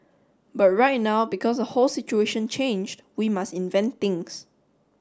but right now because the whole situation changed we must invent things